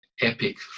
epic